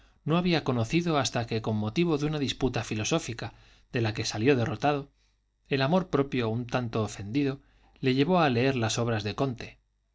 no había conocido hasta que con motivo de una disputa filosófica de la que salió derrotado el amor propio un tanto ofendido le llevó a leer las obras de comte